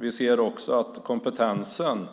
Vi ser också att kompetensen